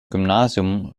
gymnasium